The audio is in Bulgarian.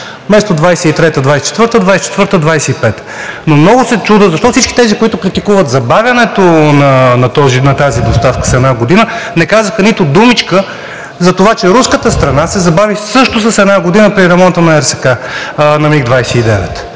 Вместо 2023 – 2024 г., 2024 – 2025 г. Но много се чудя защо всички тези, които критикуват забавянето на тази доставка с една година, не казаха нито думичка за това, че руската страна се забави също с една година при ремонта на МиГ-29?!